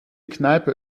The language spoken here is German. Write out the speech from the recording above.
kneipe